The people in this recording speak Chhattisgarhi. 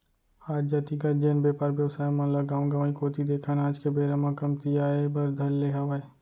आज जातिगत जेन बेपार बेवसाय मन ल गाँव गंवाई कोती देखन आज के बेरा म कमतियाये बर धर ले हावय